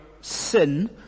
sin